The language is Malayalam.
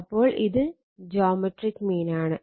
അപ്പോൾ ഇത് ജോമെട്രിക് മീൻ ആണ്